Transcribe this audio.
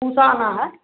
पूसा आना है